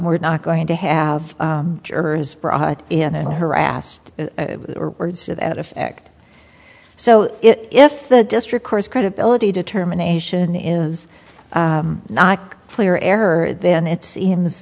we're not going to have jurors brought in and harassed or words to that effect so if the district court's credibility determination is not clear error then it seems